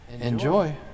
enjoy